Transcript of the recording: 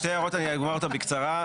שתי הערות ואני אומר אותן בקצרה.